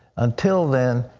until then,